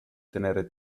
tenere